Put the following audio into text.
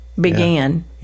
Began